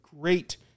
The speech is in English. great